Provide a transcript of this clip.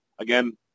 Again